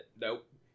nope